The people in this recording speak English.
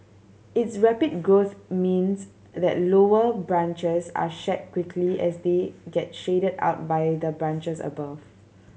its rapid growth means that lower branches are shed quickly as they get shaded out by the branches above